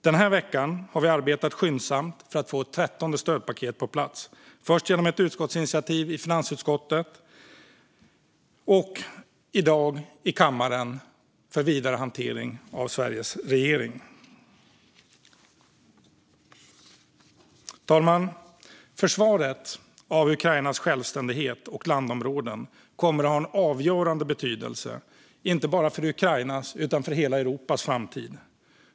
Denna vecka har vi arbetat skyndsamt för att få ett trettonde stödpaket på plats, först genom ett utskottsinitiativ i finansutskottet och i dag i kammaren för vidare hantering av Sveriges regering. Herr talman! Försvaret av Ukrainas självständighet och landområden kommer att ha en avgörande betydelse inte bara för Ukrainas utan för hela Europas framtid.